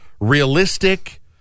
realistic